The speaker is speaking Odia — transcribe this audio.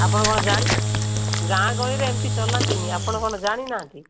ଆପଣ କଣ ଜାଣିନାହାନ୍ତି ଗାଁଗହଳିରେ ଏମିତି ଚଲାନ୍ତିନାହିଁ ଆପଣ କଣ ଜାଣିନାହାନ୍ତି